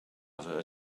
other